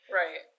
right